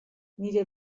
nire